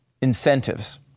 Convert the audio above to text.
incentives